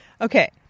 Okay